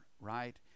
right